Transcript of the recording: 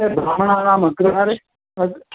भ्रामणानाम् अग्रहारे